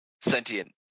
sentient